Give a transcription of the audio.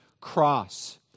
cross